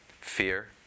fear